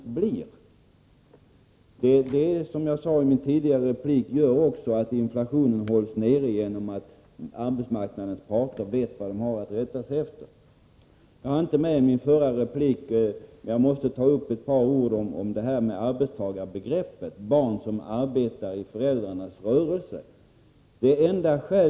Det innebär också, som jag sade i min tidigare replik, att inflationen hålls nere genom att arbetsmarknadens parter vet vad de har att rätta sig efter. Eftersom jag inte tog upp det i min förra replik, måste jag nu få säga ett par ord om arbetstagarbegreppet när det gäller barn som arbetar i föräldrarnas rörelse.